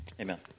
Amen